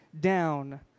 down